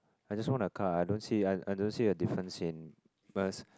I just want a car I don't see I I don't see a difference in Merc